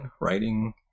Writing